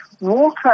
Water